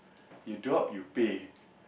you drop you pay